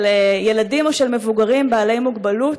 של ילדים או של מבוגרים בעלי מוגבלות,